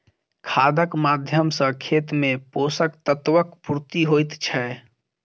खादक माध्यम सॅ खेत मे पोषक तत्वक पूर्ति होइत छै